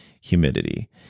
humidity